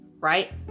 right